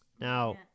Now